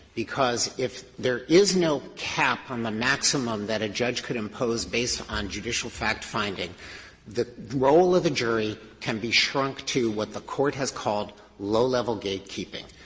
because if there is no cap from the maximum that a judge could impose based on judicial factfinding, the role of a jury can be shrunk to what the court has called low-level gatekeeping.